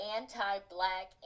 anti-black